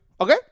okay